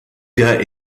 gars